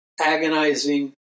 agonizing